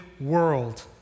world